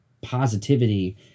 positivity